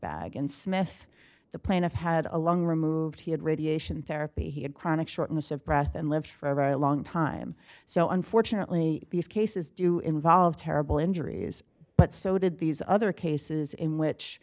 bag and smith the plaintiff had a long removed he had radiation therapy he had chronic shortness of breath and lived for a long time so unfortunately these cases do involve terrible injuries but so did these other cases in which